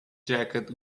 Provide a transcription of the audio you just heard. jacket